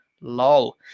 lol